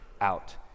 out